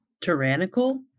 Tyrannical